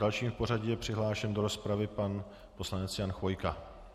Další v pořadí je přihlášen do rozpravy poslanec Jan Chvojka.